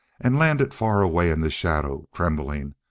and landed far away in the shadow, trembling.